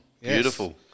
Beautiful